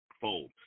Fold